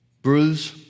Bruise